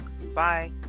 bye